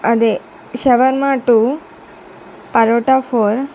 అదే shawarma two parotta four